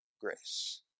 grace